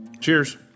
Cheers